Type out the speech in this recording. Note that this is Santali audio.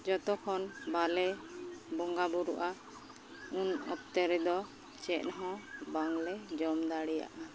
ᱡᱚᱛᱚᱠᱷᱚᱱ ᱵᱟᱞᱮ ᱵᱚᱸᱜᱟ ᱵᱩᱨᱩᱜᱼᱟ ᱩᱱ ᱚᱠᱛᱮ ᱨᱮᱫᱚ ᱪᱮᱫᱦᱚᱸ ᱵᱟᱝᱞᱮ ᱡᱚᱢ ᱫᱟᱲᱮᱭᱟᱜᱼᱟ